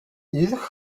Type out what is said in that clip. ирэх